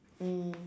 um